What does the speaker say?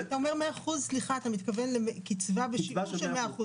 כשאתה אומר 100% אתה מתכוון לקצבה בשיעור של 100%,